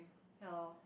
ya loh